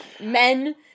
men